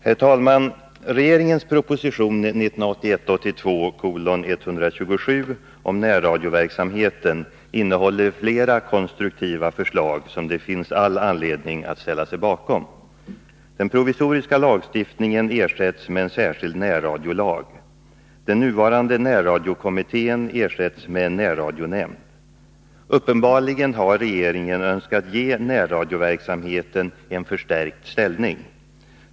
Herr talman! Regeringens proposition 1981/82:127 om närradioverksamheten innehåller flera konstruktiva förslag, som det finns all anledning att ställa sig bakom. Den provisoriska lagstiftningen ersätts med en särskild närradiolag. Den nuvarande närradiokommittén ersätts med en närradionämnd. Uppenbarligen har regeringen önskat ge närradioverksamheten en förstärkt ställning.